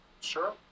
Sure